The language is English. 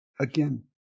again